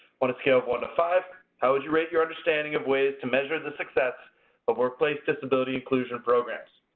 on a scale of one to five, how would you rate your understanding of ways to measure the success of workplace disability inclusion programs?